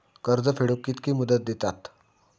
कर्ज फेडूक कित्की मुदत दितात?